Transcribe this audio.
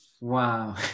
Wow